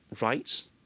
rights